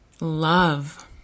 love